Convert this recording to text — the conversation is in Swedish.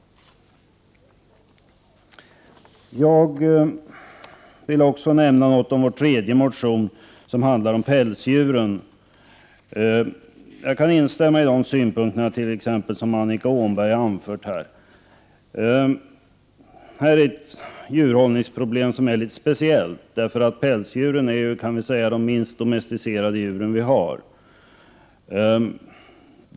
Jag vill också säga något om miljöpartiets motion om pälsdjur. Jag kan instämma i de synpunkter som Annika Åhnberg anförde. Det här är ett djurhållningsproblem som är litet speciellt, därför att pälsdjuren är de minst domesticerade djuren.